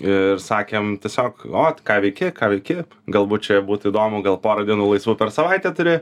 ir sakėm tiesiog ot ką veiki ką veiki galbūt čia būtų įdomu gal porą dienų laisvų per savaitę turi